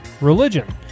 religion